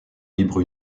libre